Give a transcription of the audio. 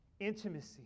intimacy